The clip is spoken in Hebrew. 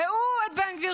ראו את בן גביר,